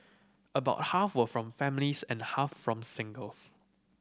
about half were from families and half from singles